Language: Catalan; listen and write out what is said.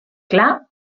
clar